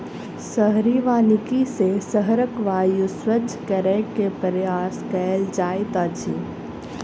शहरी वानिकी सॅ शहरक वायु स्वच्छ करै के प्रयास कएल जाइत अछि